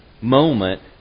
moment